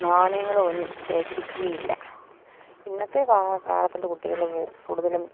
നാണയങ്ങളുമൊന്നും ശേഖരിക്കുകയില്ല ഇന്നത്തെ കാലത്തുള്ള കുട്ടികൾ കൂടുതലും